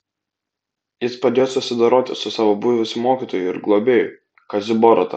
jis padėjo susidoroti su savo buvusiu mokytoju ir globėju kaziu boruta